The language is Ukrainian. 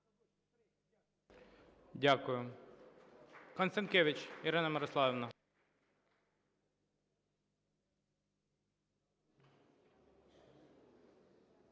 Дякую.